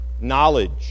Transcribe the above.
knowledge